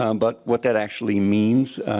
um but what that actually means